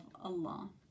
Allah